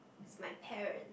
is my parent